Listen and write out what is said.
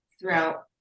throughout